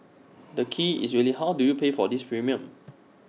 the key is really how do you pay for this premium